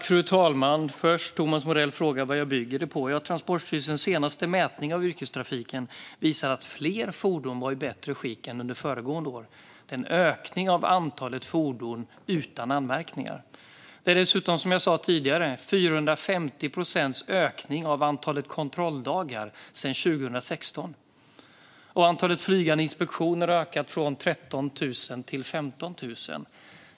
Fru talman! Thomas Morell frågar vad jag bygger påståendet på att det har blivit bättre ordning. Transportstyrelsens senaste mätning av yrkestrafiken visar att fler fordon var i bättre skick än under föregående år. Det var en ökning av antalet fordon utan anmärkningar. Det är dessutom, som jag sa tidigare, 450 procents ökning av antalet kontrolldagar sedan 2016. Och antalet flygande inspektioner har ökat från 13 000 till 15 000.